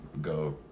go